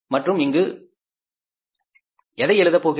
மற்றும் இங்கு எதை எழுத போகின்றோம்